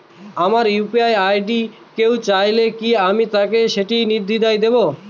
আমার UPI ID কেউ চাইলে কি আমি তাকে সেটি নির্দ্বিধায় দেব?